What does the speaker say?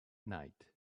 night